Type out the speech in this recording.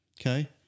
okay